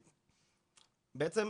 בעצם,